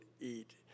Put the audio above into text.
eat